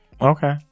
okay